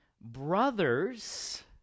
Brothers